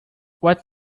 what